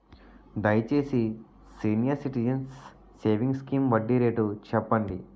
దయచేసి senior citizens savings scheme వడ్డీ rate చెప్పండి